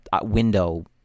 window